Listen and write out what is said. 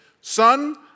son